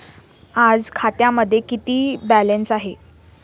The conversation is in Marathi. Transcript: आज खात्यामध्ये किती बॅलन्स आहे?